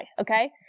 Okay